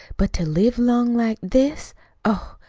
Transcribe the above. but to live along like this oh,